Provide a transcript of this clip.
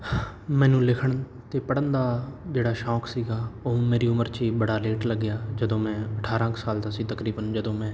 ਮੈਨੂੰ ਲਿਖਣ ਅਤੇ ਪੜ੍ਹਨ ਦਾ ਜਿਹੜਾ ਸ਼ੌਂਕ ਸੀਗਾ ਉਹ ਮੇਰੀ ਉਮਰ 'ਚ ਹੀ ਬੜਾ ਲੇਟ ਲੱਗਿਆ ਜਦੋਂ ਮੈਂ ਅਠਾਰਾਂ ਕੁ ਸਾਲ ਦਾ ਸੀ ਤਕਰੀਬਨ ਜਦੋਂ ਮੈਂ